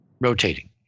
rotating